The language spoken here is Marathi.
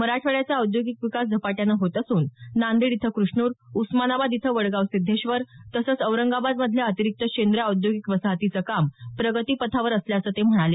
मराठवाड्याचा औद्योगिक विकास झपाट्यानं होत असून नांदेड इथं कृष्णूर उस्मानाबाद इथं वडगाव सिद्धेश्वर तसंच औरंगाबादमधल्या अतिरिक्त शेंद्रा औद्योगिक वसाहतीचं काम प्रगतीपथावर असल्याचं ते म्हणाले